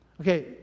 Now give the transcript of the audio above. Okay